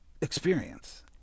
experience